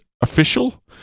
official